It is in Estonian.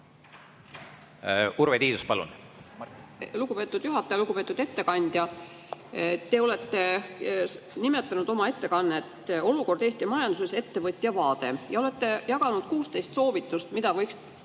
Urve Tiidus, palun!